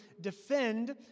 defend